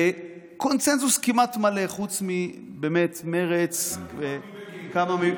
בקונסנזוס כמעט מלא חוץ ממרצ --------- מבגין.